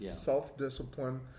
Self-discipline